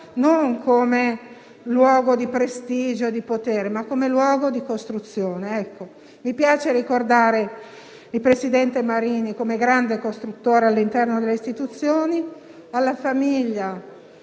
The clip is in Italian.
come luogo non di prestigio e potere, ma di costruzione. Mi piace ricordare il presidente Marini come grande costruttore all'interno delle istituzioni. Alla famiglia,